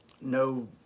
no